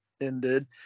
ended